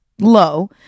low